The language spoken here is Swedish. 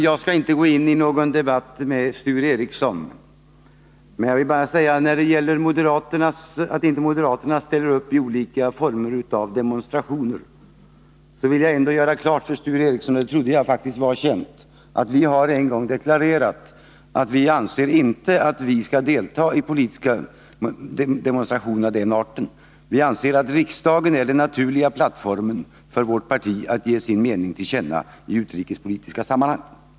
Jag skallinte gå in i någon debatt med Sture Ericson, men när det gäller det förhållandet att moderaterna inte ställer upp i olika former av demonstrationer vill jag ändå göra klart för Sture Ericson att vi en gång har deklarerat att vi inte anser att vi skall delta i politiska demonstrationer av den arten — och det trodde jag faktiskt var känt. Vi anser att riksdagen är den naturliga plattformen för vårt parti att ge sin mening till känna i utrikespolitiska sammanhang.